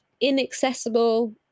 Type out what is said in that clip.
inaccessible